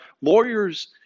lawyers